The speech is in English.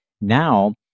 Now